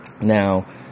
Now